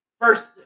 First